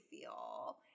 feel